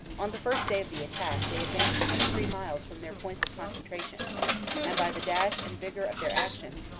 on the first day of the attack they advanced twenty three miles from their points of concentration and by the dash and vigor of their action,